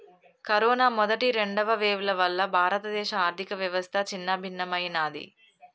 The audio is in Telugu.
కరోనా మొదటి, రెండవ వేవ్ల వల్ల భారతదేశ ఆర్ధికవ్యవస్థ చిన్నాభిన్నమయ్యినాది